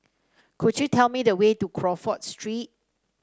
could you tell me the way to Crawford Street